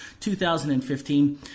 2015